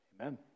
Amen